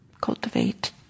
cultivate